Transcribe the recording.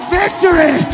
victory